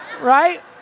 right